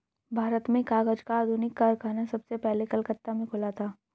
भारत में कागज का आधुनिक कारखाना सबसे पहले कलकत्ता में खुला था